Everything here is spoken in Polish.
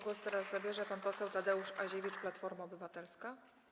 Głos zabierze pan poseł Tadeusz Aziewicz, Platforma Obywatelska.